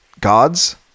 gods